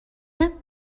him